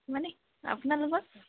মানে আপোনালোকৰ